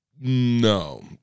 No